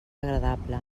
agradable